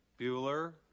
Bueller